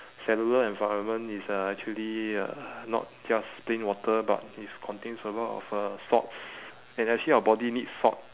cellular environment is uh actually uh not just plain water but is contains a lot of uh salts and actually our body needs salt